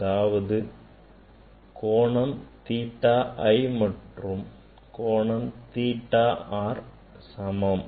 அதாவது கோணம் theta i மற்றும் theta r சமம்